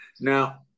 Now